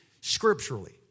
scripturally